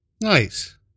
Nice